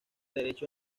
derecho